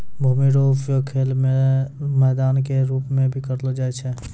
भूमि रो उपयोग खेल रो मैदान के रूप मे भी करलो जाय छै